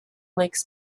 lakes